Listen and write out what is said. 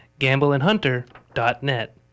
gambleandhunter.net